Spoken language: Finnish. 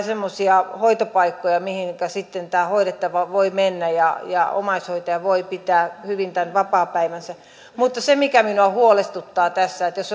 semmoisia hoitopaikkoja mihinkä sitten tämä hoidettava voi mennä ja ja omaishoitaja voi pitää hyvin tämän vapaapäivänsä mutta se mikä minua huolestuttaa tässä on se että jos